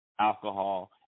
alcohol